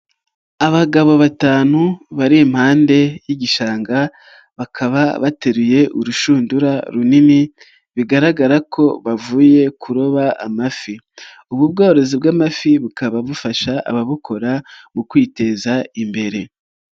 Abagabo batanu bari impande y'igishanga bakaba bateruye urushundura runini bigaragara ko bavuye kuroba amafi, ubu bworozi bw'amafi bukaba bufasha ababukora mu kwiteza imbere.